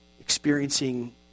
Experiencing